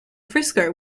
frisco